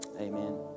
Amen